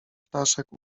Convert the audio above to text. ptaszek